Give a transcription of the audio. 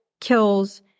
kills